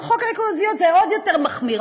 בחוק הריכוזיות זה עוד יותר מחמיר.